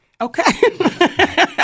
Okay